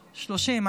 30?